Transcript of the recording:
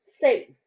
safe